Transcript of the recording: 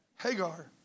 Hagar